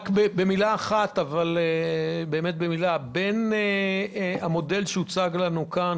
במילה אחת, בין המודל שהוצג לנו כאן,